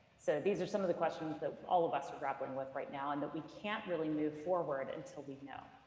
so these are some of the questions that all of us are grappling with right now and that we can't really move forward until we know.